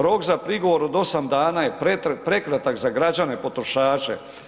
Rok za prigovor od 8 dana je prekratak za građane potrošače.